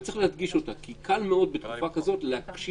וצריך להדגיש אותה כי קל מאוד בתקופה כזאת להקשיח,